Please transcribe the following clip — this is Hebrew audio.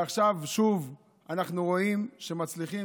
עכשיו שוב אנחנו רואים שמצליחים,